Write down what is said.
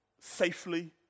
safely